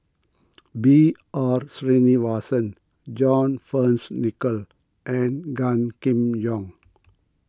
B R Sreenivasan John Fearns Nicoll and Gan Kim Yong